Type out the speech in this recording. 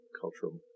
cultural